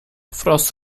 frost